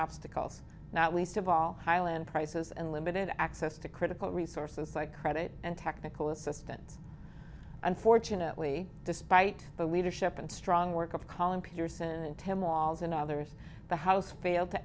obstacles not least of all highland prices and limited access to critical resources like credit and technical assistance unfortunately despite the leadership and strong work of collin peterson and tim walz and others the house failed to